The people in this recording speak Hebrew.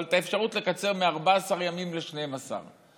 את האפשרות לקצר מ-14 ימים ל-12,